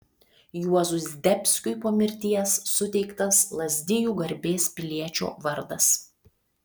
juozui zdebskiui po mirties suteiktas lazdijų garbės piliečio vardas